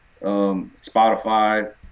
Spotify